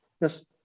yes